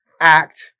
act